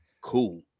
cool